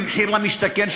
ומחיר למשתכן,